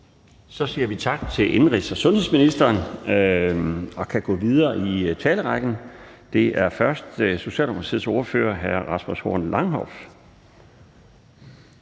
Så siger vi tak til indenrigs- og sundhedsministeren, og vi går videre i talerrækken. Først er det Socialdemokratiets ordfører, hr. Rasmus Horn Langhoff.